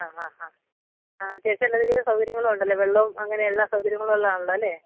ആ ഹ ഹ ആ അത്യാവശ്യം നല്ല രീതിയിൽ സൗകര്യങ്ങളും ഉണ്ടല്ലേ വെള്ളവും അങ്ങനെയെല്ലാ സൗകര്യങ്ങളും ഉള്ളതാണല്ലോ അല്ലേ